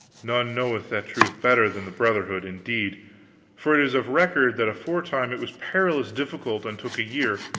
none knoweth that truth better than the brotherhood, indeed for it is of record that aforetime it was parlous difficult and took a year.